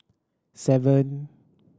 seven